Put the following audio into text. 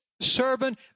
Servant